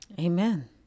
Amen